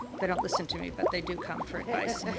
they don't listen to me, but they do come for advice.